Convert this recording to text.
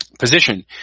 position